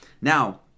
now